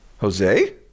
Jose